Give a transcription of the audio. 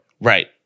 Right